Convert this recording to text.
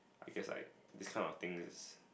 I guess like this kind of things is